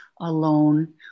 alone